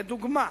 לדוגמה,